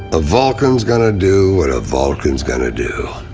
the vulcan's going to do, what a vulcan's going to do.